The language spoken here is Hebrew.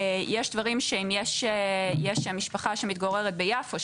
יש דברים שאם יש משפחה שמתגוררת ביפו,